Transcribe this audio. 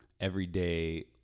everyday